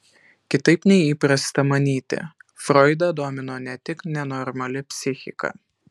kitaip nei įprasta manyti froidą domino ne tik nenormali psichika